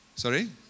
Sorry